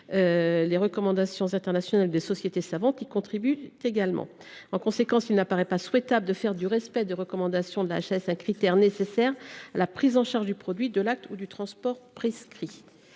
Les recommandations internationales ou des sociétés savantes y contribuent également. En conséquence, il ne paraît pas souhaitable de faire du respect des recommandations de la HAS un critère nécessaire à la prise en charge du produit, de l’acte ou du transport prescrit.